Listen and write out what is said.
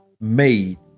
made